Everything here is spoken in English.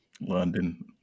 London